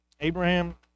Abraham